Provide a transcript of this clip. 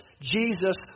Jesus